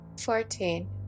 Fourteen